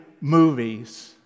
movies